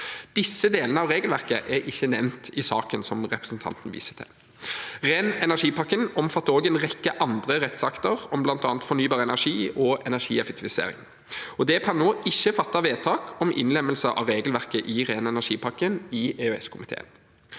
3157 av regelverket er ikke nevnt i saken som representanten viser til. Ren energi-pakken omfatter også en rekke andre rettsakter om bl.a. fornybar energi og energieffektivisering. Det er per nå ikke fattet vedtak om innlemmelse av regelverket i ren energi-pakken i EØS-komiteen.